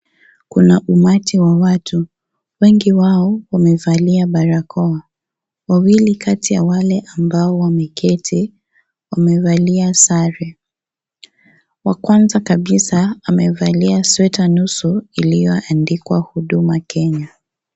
Kuna umati wa watu. Wengi wao wamevalia barakoa. Wawili kati ya wale ambao wameketi, wamevalia sare. Wa kwanza kabisa, amevalia sweta nusu, iliyoandikwa Huduma Kenya.